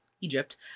Egypt